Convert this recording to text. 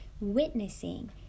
witnessing